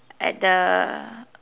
at the